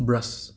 brush